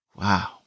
Wow